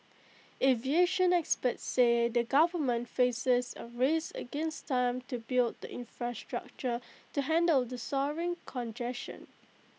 aviation experts say the government faces A race against time to build the infrastructure to handle the soaring congestion